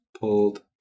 Pulled